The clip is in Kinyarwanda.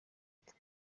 atatu